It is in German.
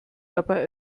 dabei